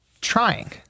Trying